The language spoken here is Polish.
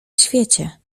świecie